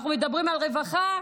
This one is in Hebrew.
אנחנו מדברים על רווחה,